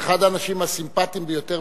אחד האנשים הסימפתיים ביותר,